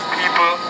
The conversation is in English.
people